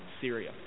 Syria